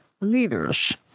leaders